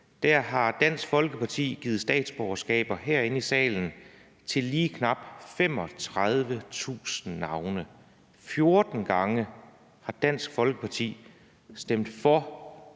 gav Dansk Folkeparti statsborgerskab herinde i salen til lige knap 35.000 borgere. 14 gange har Dansk Folkeparti stemt for